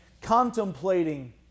contemplating